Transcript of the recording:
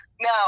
no